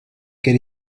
gen